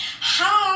Hi